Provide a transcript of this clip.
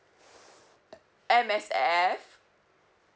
M_S_F